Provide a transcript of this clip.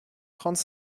trente